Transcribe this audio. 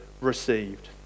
received